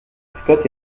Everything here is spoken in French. scott